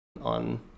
on